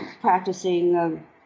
practicing